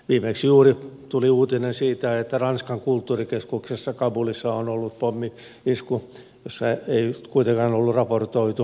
viimeksi juuri tuli uutinen siitä että ranskan kulttuurikeskuksessa kabulissa on ollut pommi isku jossa ei kuitenkaan ollut raportoitu menetyksiä